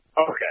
Okay